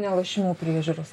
ne lošimų priežiūros